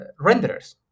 renderers